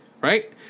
right